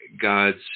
God's